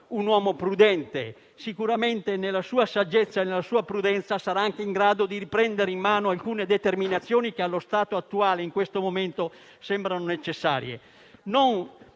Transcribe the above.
un uomo prudente. Sicuramente, nella sua saggezza e nella sua prudenza, sarà anche in grado di riprendere in mano alcune determinazioni che, allo stato attuale, in questo momento, sembrano necessarie. Non